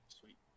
Sweet